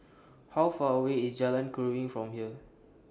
How Far away IS Jalan Keruing from here